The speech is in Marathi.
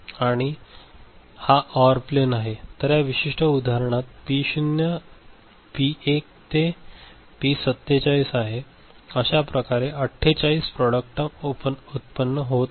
आणि हा ऑर प्लेन आहे तर या विशिष्ट उदाहरणात पी शून्य पी 1 ते पी 47 आहे अश्या 48 प्रॉडक्ट टर्म उत्पन्न होत आहेत